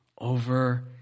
over